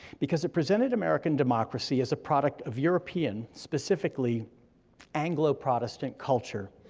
because it presented american democracy as a product of european, specifically anglo-protestant culture.